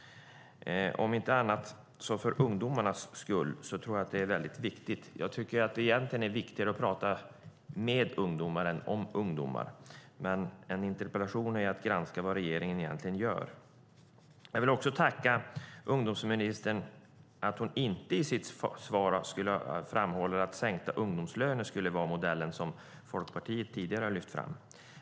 Om inte annat så för ungdomarnas skull är det viktigt. Egentligen är det viktigare att tala med ungdomar än om ungdomar, men en interpellation handlar om att granska vad regeringen gör. Jag tackar också ungdomsministern för att hon inte i sitt svar framhåller att sänkta ungdomslöner skulle vara modellen, vilket Folkpartiet tidigare lyft fram.